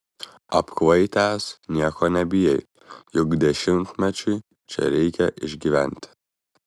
apkvaitęs nieko nebijai juk dešimtmečiui čia reikia išgyventi